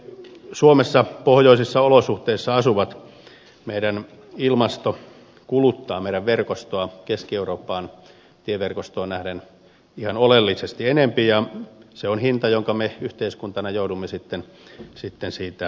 meidän suomessa pohjoisissa olosuhteissa asuvien ilmasto kuluttaa meidän verkostoamme keski euroopan tieverkostoon nähden ihan oleellisesti enemmän ja se on hinta jonka me yhteiskuntana joudumme siitä maksamaan